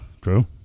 true